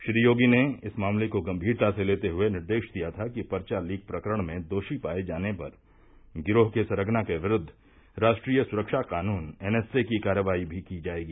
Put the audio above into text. श्री योगी ने इस मामले को गंभीरता से लेते हुए निर्देश दिया था कि पर्चा लीक प्रकरण में दोषी पाये जाने पर गिरोह के सर्गना के विरूद्व राष्ट्रीय सुरक्षा क़ानून एनएसए की कार्रवाई भी की जायेगी